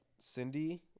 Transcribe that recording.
Cindy